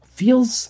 feels